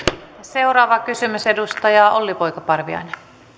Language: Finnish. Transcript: seuraava kysymys edustaja olli poika parviainen